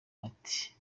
ati